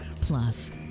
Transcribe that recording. plus